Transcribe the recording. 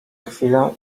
chwilę